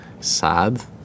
Sad